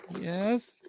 yes